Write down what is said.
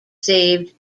saved